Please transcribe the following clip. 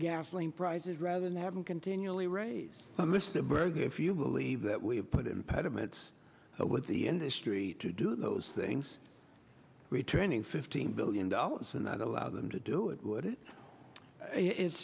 gasoline prices rather than having continually raise the burger if you believe that we have put impediments with the industry to do those things returning fifteen billion dollars and that allow them to do it would it it